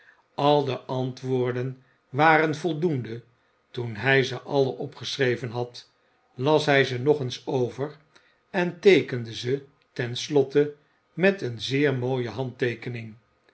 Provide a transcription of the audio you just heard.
al de antwoorden waren voldoende toen hij ze alle opgeschreven had las hij ze nog eens over en teekende ze ten slotte met een zeer mooie handteekening